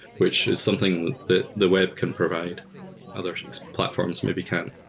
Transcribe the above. which is something that the web can provide other platforms maybe can't.